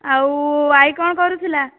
ଆଉ ଆଈ କ'ଣ କରୁଥିଲା